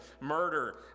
murder